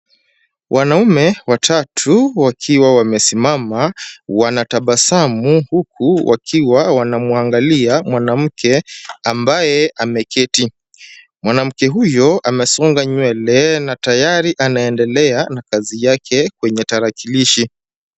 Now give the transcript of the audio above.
Wanaume watatu wakia wamesimama wanatabasamu, huku wakiwa wanamwangalia mwanamke ambaye ameketi. Mwanamke huyo amesonga nywele na tayari anaendelea na kazi yake kwenye tarakilishi.